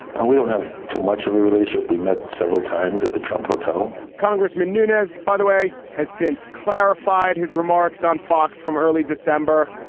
ah we don't have too much of a relation. we met several times at the trump photo congressman nunez, by the way, has since clarified his remarks on fox from early december.